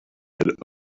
had